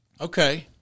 Okay